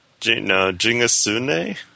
Jingasune